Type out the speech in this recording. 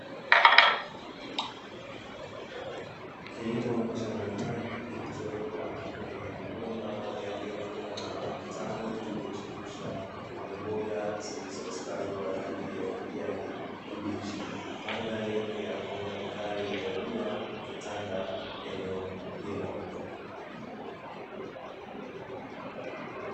Kilimo cha majimaji kilichowekwa kwenye mabomba yaliyokuwa na vitalu vilivyochipusha mboga mboga, zilizostawi kwa rangi ya kijani kibichi. Mandhari ya mwanga mkali wa jua ukitanda eneo hilo.